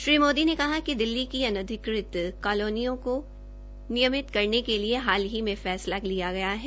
श्री मोदी ने कहा कि दिल्ली की अनाधिकृत कालोनियो को नियमित करने के लिए हाल ही फैसा किया गया है